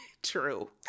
true